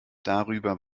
darüber